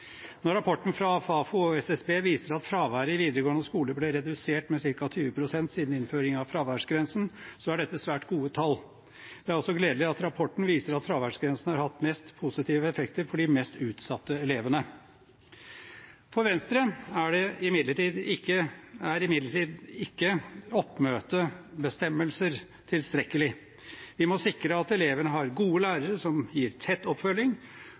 Når rapporten fra Fafo og SSB viser at fraværet i videregående skole ble redusert med ca. 20 pst. siden innføring av fraværsgrensen, er dette svært gode tall. Det er også gledelig at rapporten viser at fraværsgrensen har hatt flest positive effekter for de mest utsatte elevene. For Venstre er imidlertid ikke oppmøtebestemmelser tilstrekkelig. Vi må sikre at elevene har gode lærere som gir tett oppfølging,